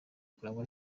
kurangwa